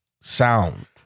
sound